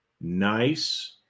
nice